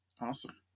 Awesome